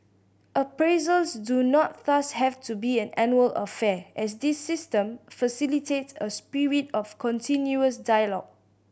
appraisals do not thus have to be an annual affair as this system facilitate a spirit of continuous dialogue